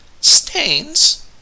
stains